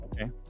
okay